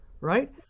right